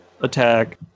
attack